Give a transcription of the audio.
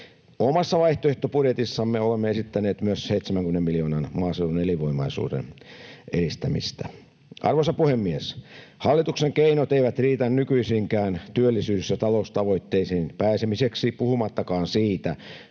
Omassa vaihtoehtobudjetissamme olemme esittäneet myös 70 miljoonaa maaseudun elinvoimaisuuden edistämiseen. Arvoisa puhemies! Hallituksen keinot eivät riitä nykyisiinkään työllisyys- ja taloustavoitteisiin pääsemiseksi puhumattakaan siitä,